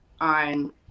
on